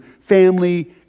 family